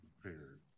prepared